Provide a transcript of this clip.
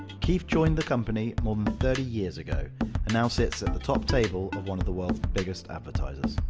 keith joined the company more than thirty years ago and now sits at the top table of one of the world's biggest advertisers.